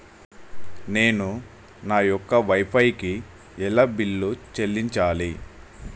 నేను నా యొక్క వై ఫై కి ఎలా బిల్లు చెల్లించాలి?